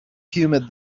humid